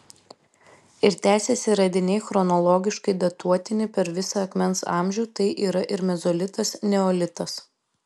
ir tęsiasi radiniai chronologiškai datuotini per visą akmens amžių tai yra ir mezolitas neolitas